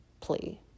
plea